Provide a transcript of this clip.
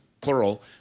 plural –